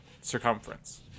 circumference